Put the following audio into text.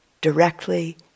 directly